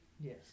Yes